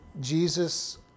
Jesus